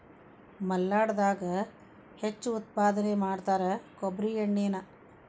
ಮಲ್ನಾಡದಾಗ ಹೆಚ್ಚು ಉತ್ಪಾದನೆ ಮಾಡತಾರ ಕೊಬ್ಬ್ರಿ ಎಣ್ಣಿನಾ